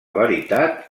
veritat